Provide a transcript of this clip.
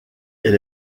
elle